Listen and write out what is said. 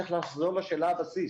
צריך לחזור לשאלת הבסיס